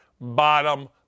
bottom